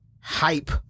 hype